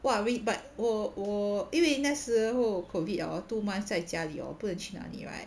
!whoa! we but 我我我因为那时侯 COVID hor two months 在家里 hor 不能去哪里 right